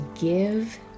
give